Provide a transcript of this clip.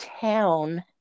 town